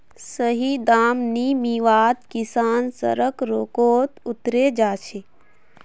सही दाम नी मीवात किसान सड़क रोकोत उतरे जा छे